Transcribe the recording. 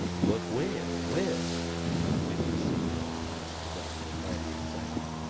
but where when did you see her? asts the doctor, mighty excited.